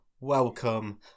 welcome